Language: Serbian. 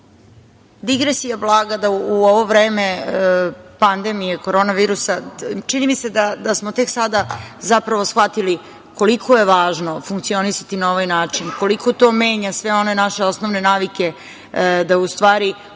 usluge. Digresija blaga da u ovo vreme pandemije Korona virusa, čini mi se da smo tek sada zapravo shvatili koliko je važno funkcionisati na ovaj način, koliko to menja sve ona naše osnovne navike da u stvari u